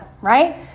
right